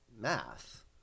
math